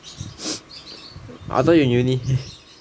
I thought you in uni